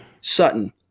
Sutton